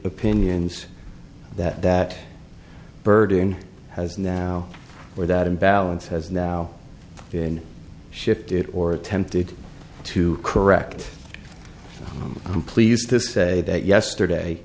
opinions that that burden has now or that imbalance has now been shifted or attempted to correct i'm pleased to say that yesterday